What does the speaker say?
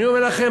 אני אומר לכם,